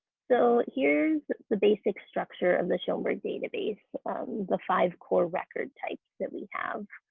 so here's the basic structure of the schoenberg database the five core record types that we have.